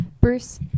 Bruce